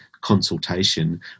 consultation